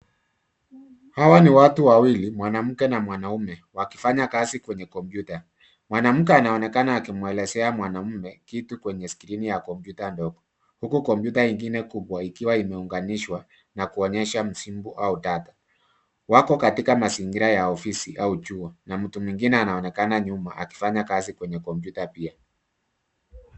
Hawa ni watu wawili, mwanamke na mwanaume wakifanya kazi kwenye kompyuta. Mwanamke anaonekana akimwelezea mwanaume kitu kwenye skrini ya kompyuta ndogo huku kompyuta ingine kubwa ikiwa imeunganishwa na kuonyesha msimbo au data. Wako katika mazingira ya ofisi au chuo na mtu mwingine anaonekana nyuma akifanya kazi kwenye kompyuta pia.